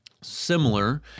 Similar